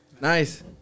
Nice